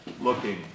looking